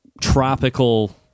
tropical